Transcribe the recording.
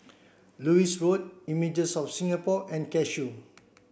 Lewis Road Images of Singapore and Cashew